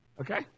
Okay